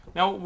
Now